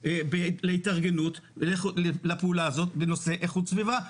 שיתארגן לפעולה הזאת בנושא איכות סביבה,